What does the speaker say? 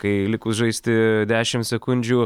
kai likus žaisti dešimt sekundžių